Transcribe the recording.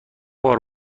بار